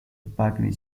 parking